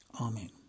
Amen